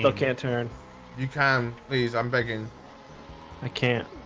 but can't turn you can't please i'm begging i can't